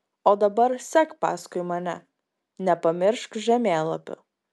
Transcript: o dabar sek paskui mane nepamiršk žemėlapių